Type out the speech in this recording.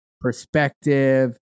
perspective